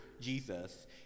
Jesus